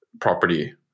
property